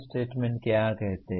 statement क्या कहता है